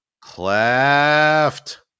Cleft